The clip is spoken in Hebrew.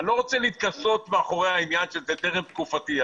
אני לא רוצה להתכסות מאחורי העניין שזה טרם תקופתי,